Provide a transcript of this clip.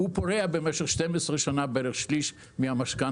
הוא פורע במשך 12 שנה בערך שליש מהמשכנתא,